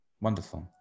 Wonderful